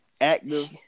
active –